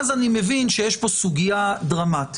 אין הסברה, אין חינוך, אין